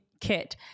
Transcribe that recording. kit